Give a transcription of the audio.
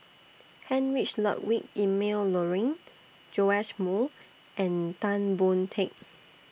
Heinrich Ludwig Emil Luering Joash Moo and Tan Boon Teik